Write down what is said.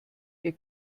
ihr